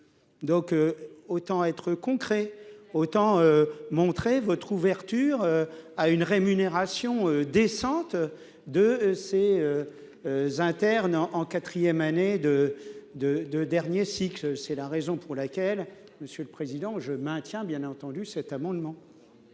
donc autant être concret autant montrer votre ouverture à une rémunération décente de ces interne en en quatrième année de de de derniers cycles, c'est la raison pour laquelle monsieur le Président, je maintiens, bien entendu, cet amendement.